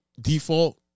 default